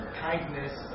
kindness